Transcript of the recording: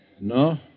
No